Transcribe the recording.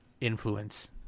influence